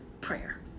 Prayer